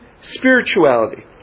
spirituality